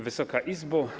Wysoka Izbo!